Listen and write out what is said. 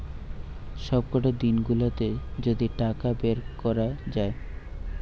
সবকটা দিন গুলাতে যদি টাকা বের কোরা যায়